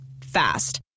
Fast